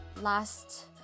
last